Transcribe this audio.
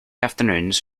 afternoons